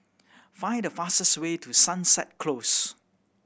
find the fastest way to Sunset Close